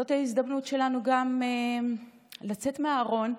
וזאת ההזדמנות שלנו גם "לצאת מהארון",